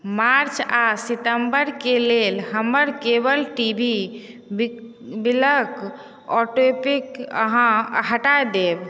मार्च आ सितम्बर के लेल हमर केबल टी वी बिल क ऑटो पैक अहाँ हटा देब